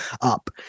up